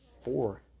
four